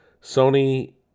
Sony